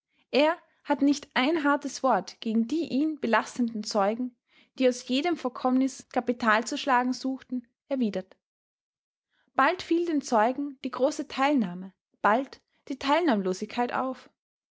er hat nicht ein hartes wort gegen die ihn belastenden zeugen die aus jedem vorkommnis kapital zu schlagen suchten erwidert bald fiel den zeugen die große teilnahme bald die teilnahmlosigkeit auf